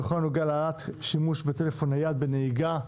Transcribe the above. בכל הנוגע לשימוש בטלפון נייד בנהיגה,